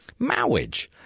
Mowage